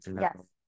Yes